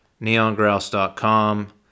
neongrouse.com